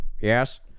Yes